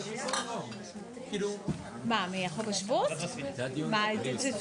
כי אם אנחנו הולכים לפי האימא, וראינו שכמעט